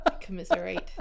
Commiserate